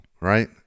right